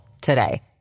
today